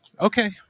okay